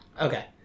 Okay